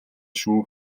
шүү